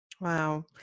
Wow